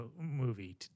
movie